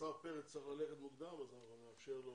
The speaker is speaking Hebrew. השר פרץ צריך ללכת מוקדם, לכן נאפשר לו